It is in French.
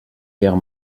guerre